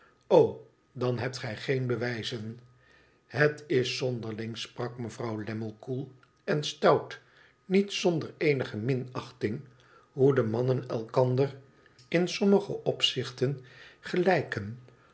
dan hebt gij geen bewijzen het is zonderling sprak mevrouw lammie koel en stout niet zonder eenige minachtmg hoe de mannen elkander in sommige opzichten gelijken